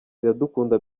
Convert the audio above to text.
iradukunda